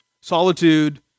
Solitude